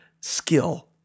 skill